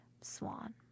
swan